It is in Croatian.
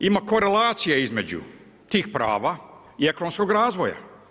Ima korelacije između tih prava i ekonomskog razvoja.